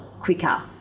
quicker